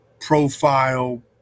profile